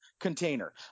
container